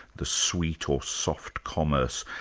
the sweet, or soft, commerce'.